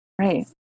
Right